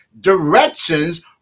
Directions